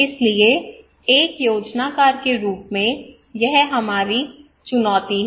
इसलिए एक योजनाकार के रूप में हमारी चुनौती है